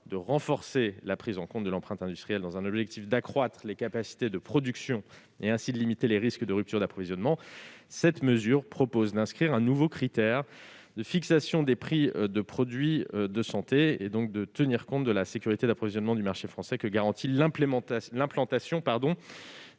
dans la fixation des prix des produits de santé. Dans l'objectif d'accroître les capacités de production et, ainsi, de limiter les risques de rupture d'approvisionnement, cette mesure propose d'inscrire un nouveau critère de fixation des prix de produits de santé, donc de tenir compte de la sécurité d'approvisionnement du marché français que garantit l'implantation